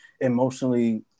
emotionally